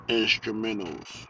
instrumentals